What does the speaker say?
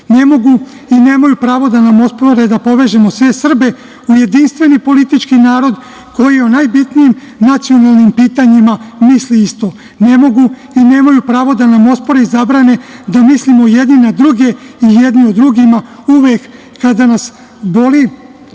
Ne mogu i nemaju pravo da nam ospore da povežemo sve Srbe, jedinstveni politički narod, koji o najbitnijim nacionalnim pitanjima misle isto. Ne mogu i nemaju pravo da nam ospore i zabrane da mislimo jedni na druge i jedni o drugima, uvek kada nas boli